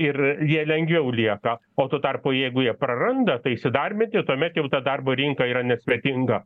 ir jie lengviau lieka o tuo tarpu jeigu jie praranda tai įsidarbinti tuomet jau ta darbo rinka yra nesvetinga